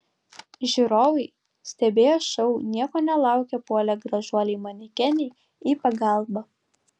žiūrovai stebėję šou nieko nelaukę puolė gražuolei manekenei į pagalbą